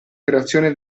creazione